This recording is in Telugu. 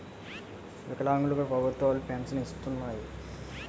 వికలాంగులు కు ప్రభుత్వాలు పెన్షన్ను ఇస్తున్నాయి